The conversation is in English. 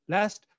Last